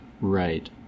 Right